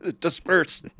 Disperse